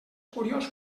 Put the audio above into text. curiós